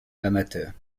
amateurs